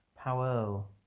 Powell